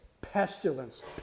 pestilence